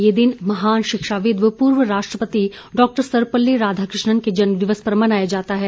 ये दिन महान शिक्षाविद व पूर्व राष्ट्रपति डॉक्टर सर्वपल्ली राधाकृष्णन के जन्मदिवस पर मनाया जाता है